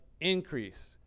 increase